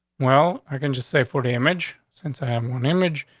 well, i can just say for the image since i have one image,